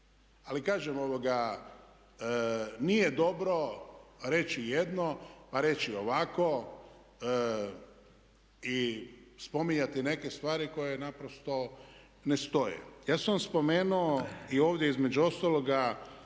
Ali kažem, nije dobro reći jedno, pa reći ovako i spominjati neke stvari koje naprosto ne stoje. Ja sam vam spomenuo i ovdje između ostaloga